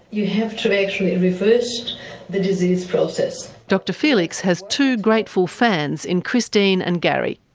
you have to actually reverse the disease process. dr felix has two grateful fans in christine and gary.